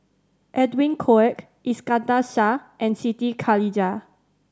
Edwin Koek Iskandar Shah and Siti Khalijah